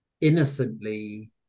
innocently